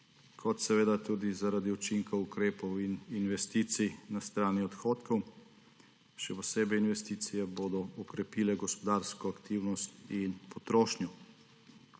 in tudi zaradi učinkov ukrepov in investicij na strani odhodkov. Še posebej investicije pa bodo okrepile gospodarsko aktivnost in potrošnjo.